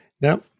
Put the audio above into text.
Now